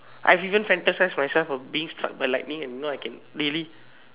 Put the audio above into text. I've even fantasized myself of being struck by lightning and you know I can really